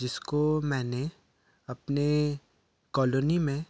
जिसको मैंने अपने कालोनी में